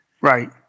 Right